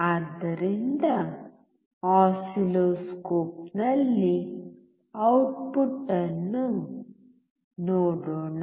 ಆದ್ದರಿಂದ ಆಸಿಲ್ಲೋಸ್ಕೋಪ್ನಲ್ಲಿ ಔಟ್ಪುಟ್ ಅನ್ನು ನೋಡೋಣ